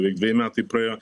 beveik dveji metai praėjo